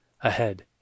ahead